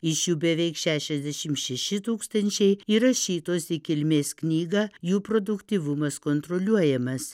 iš jų beveik šešiasdešim šeši tūkstančiai įrašytos į kilmės knygą jų produktyvumas kontroliuojamas